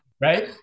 right